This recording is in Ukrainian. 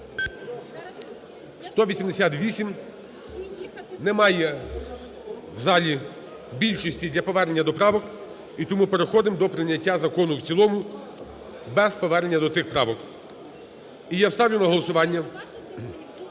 За-188 Немає в залі більшості для повернення до правок. І тому переходимо до прийняття закону в цілому без повернення до цих правок. І ставлю на голосування